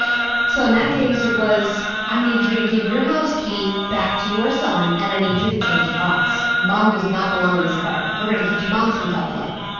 so in that case it was, i need you to give your house key back to your son and i need you to change the locks. mom does not belong in this apartment. we're going to teach mom some tough love.